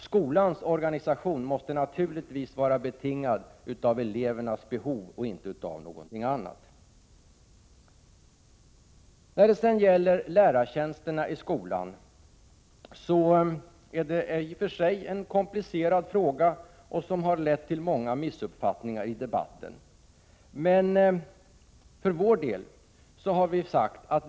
Skolans organisation måste naturligtvis vara betingad av elevernas behov och inte av något annat. Lärartjänsterna i skolan är en komplicerad fråga, som har lett till många missuppfattningar i debatten.